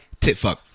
Titfuck